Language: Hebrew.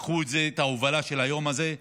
לקחו את ההובלה של היום הזה.